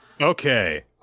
Okay